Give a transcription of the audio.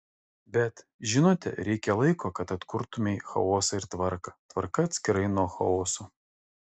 bet žinote reikia laiko kad atkurtumei chaosą ir tvarką tvarka atskirai nuo chaoso